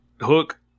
Hook